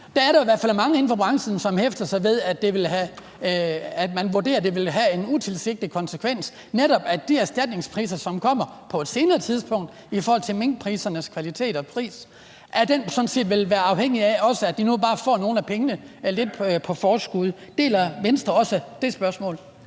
Der er der jo i hvert fald mange inden for branchen, som vurderer, at det vil have en utilsigtet konsekvens, altså at de erstatningspriser, som kommer på et senere tidspunkt i forhold til minkskindenes kvalitet og pris, netop også vil være afhængige af, at de nu bare får nogle af pengene lidt på forskud. Deler Venstre også holdningen